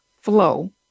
flow